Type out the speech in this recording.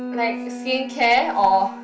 like skincare or